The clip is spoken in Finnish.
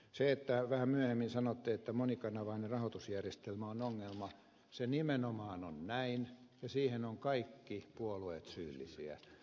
kun te vähän myöhemmin sanotte että monikanavainen rahoitusjärjestelmä on ongelma niin se nimenomaan on näin ja siihen ovat kaikki puolueet syyllisiä